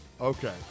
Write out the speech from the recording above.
Okay